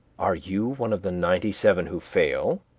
are you one of the ninety-seven who fail,